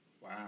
Wow